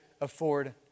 afford